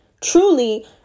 truly